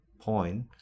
point